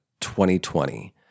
2020